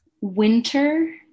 Winter